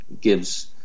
gives